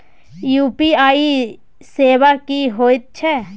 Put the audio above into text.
UPI सेवा की होयत छै?